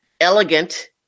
elegant